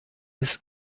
ist